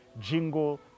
jingle